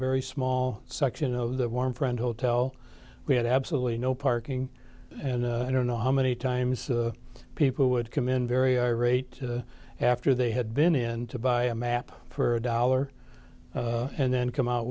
very small section of the warm front hotel we had absolutely no parking and i don't know how many times people would come in very irate after they had been in to buy a map for a dollar and then come out